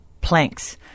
planks